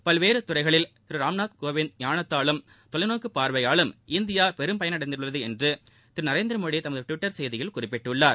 பல்வேறு துறைகளில் திரு ராம்நாத் கோவிந்தின் ஞானத்தாலும் தொலைநோக்கு பார்வையாலும் இந்தியா பெரும்பயனை அடைந்துள்ளது என்று திரு நரேந்திரமோடி தமது டுவிட்டர் செய்தியில் குறிப்பிட்டுள்ளார்